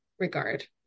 regard